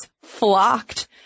flocked